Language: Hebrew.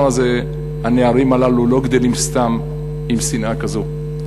הנערים הללו לא גדלים סתם עם שנאה כזאת.